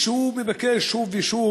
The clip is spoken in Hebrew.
והוא הסביר לי שהוא מבקש שוב ושוב,